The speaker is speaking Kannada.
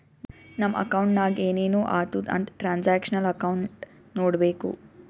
ನಮ್ ಅಕೌಂಟ್ನಾಗ್ ಏನೇನು ಆತುದ್ ಅಂತ್ ಟ್ರಾನ್ಸ್ಅಕ್ಷನಲ್ ಅಕೌಂಟ್ ನೋಡ್ಬೇಕು